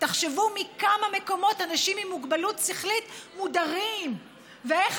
תחשבו מכמה מקומות אנשים עם מוגבלות שכלית מודרים ואיך